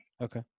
Okay